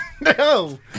No